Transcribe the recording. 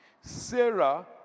Sarah